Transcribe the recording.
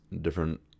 different